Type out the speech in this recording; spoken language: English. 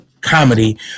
comedy